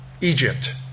Egypt